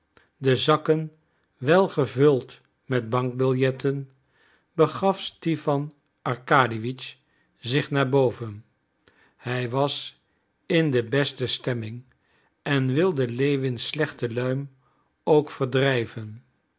de zakken wel gevuld met bankbiljetten begaf stipan arkadiewitsch zich naar boven hij was in de beste stemming en wilde lewins slechte luim ook verdrijven